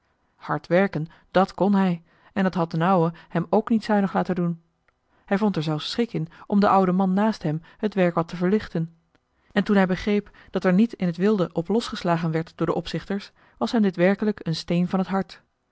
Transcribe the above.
hard werken dàt kon hij en dat had d'n ouwe hem k niet zuinig laten doen hij vond er zelfs schik in om den ouden man naast hem het werk wat te verlichten en toen hij begreep dat er niet in het wilde op los geslagen werd door de opzichters was hem dit werkelijk een steen van het hart